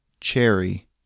cherry